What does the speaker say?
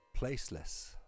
placeless